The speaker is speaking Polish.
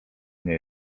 nie